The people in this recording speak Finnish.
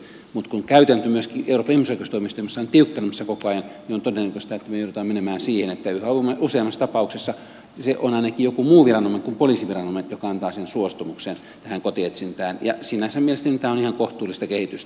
mutta kun käytäntö myöskin euroopan ihmisoikeustuomioistuimessa on tiukkenemassa koko ajan on todennäköistä että me joudumme menemään siihen että yhä useammassa tapauksessa se on ainakin joku muu viranomainen kuin poliisiviranomainen joka antaa sen suostumuksen tähän kotietsintään ja sinänsä mielestäni tämä on ihan kohtuullista kehitystä